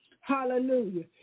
Hallelujah